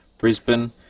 Brisbane